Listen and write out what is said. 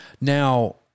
Now